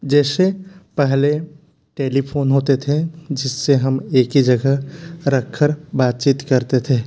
जैसे पहले टेलीफोन होते थे जिससे हम एक ही जगह रखकर बातचीत करते थे